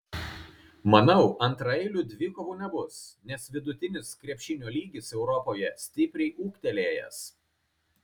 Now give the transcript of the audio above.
manau antraeilių dvikovų nebus nes vidutinis krepšinio lygis europoje stipriai ūgtelėjęs